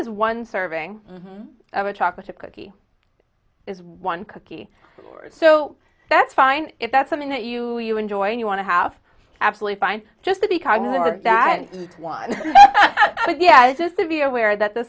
is one serving of a chocolate chip cookie is one cookie so that's fine if that's something that you do you enjoy and you want to have absolutely fine just to be cognizant of that one but yeah i just to be aware that the